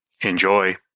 Enjoy